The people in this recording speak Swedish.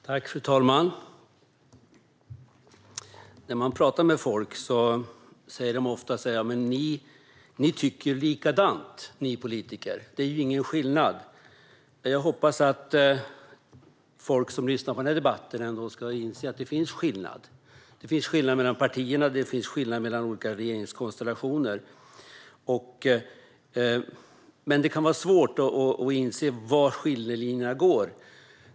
Fru talman! När man pratar med folk säger de ofta: Ni politiker tycker likadant. Det är ju ingen skillnad. Jag hoppas att folk som lyssnar på den här debatten ändå inser att det finns en skillnad. Det är skillnad mellan partierna och mellan olika regeringskonstellationer, men det kan vara svårt att se var skiljelinjerna går.